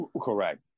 Correct